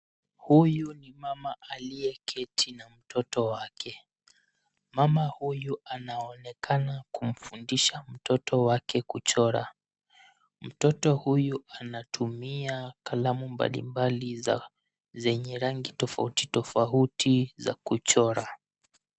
Huyu ni mama aliyeketi na mtoto wake. Mama huyu anaonekana kumfundisha mtoto wake kuchora. Mtoto huyu anatumia kalamu mbalimbali zenye rangi tofauti tofauti za kuchora.